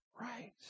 Right